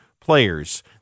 players